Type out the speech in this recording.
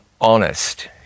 honest